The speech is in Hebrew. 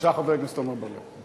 חבר הכנסת עמר בר-לב.